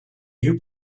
you